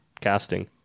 casting